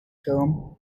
term